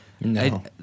no